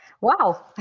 Wow